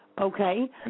okay